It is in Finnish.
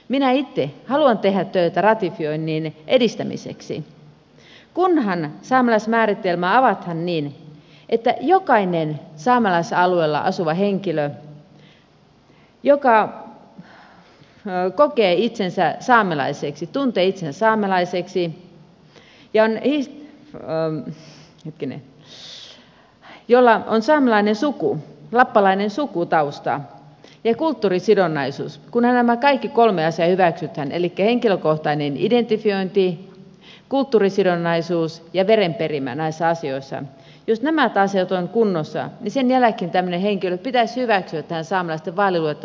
minä itse haluan tehdä töitä ratifioinnin edistämiseksi kunhan saamelaismääritelmä avataan niin että saamelaisten vaaliluetteloon hyväksytään jokainen saamelaisalueella asuva henkilö joka kokee itsensä saamelaiseksi tuntee itsensä saamelaiseksi jolla on saamelainen suku lappalainen sukutausta ja kulttuurisidonnaisuus kunhan nämä kaikki kolme asiaa hyväksytään henkilökohtainen identifiointi kulttuurisidonnaisuus ja verenperimä näissä asioissa eli jos nämä asiat ovat kunnossa niin sen jälkeen tämmöinen henkilö pitäisi hyväksyä tähän saamelaisten vaaliluetteloon